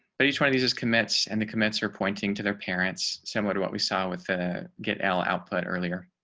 but each one of these is commits and the commits are pointing to their parents, similar to what we saw with the get our output earlier.